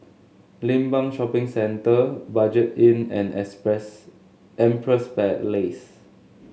Limbang Shopping Centre Budget Inn and express Empress Place